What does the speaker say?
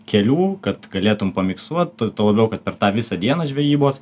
kelių kad galėtum pamiksuot tuo tuo labiau kad per tą visą dieną žvejybos